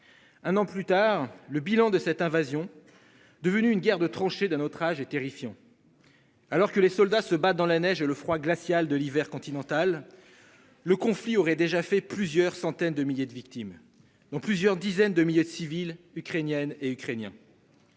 Un an plus tard, le bilan de cette invasion, devenue une guerre de tranchées d'un autre âge et terrifiant. Alors que les soldats se battent dans la neige et le froid glacial de l'hiver continental. Le conflit aurait déjà fait plusieurs centaines de milliers de victimes dans plusieurs dizaines de milliers de civils ukrainiennes et ukrainiens.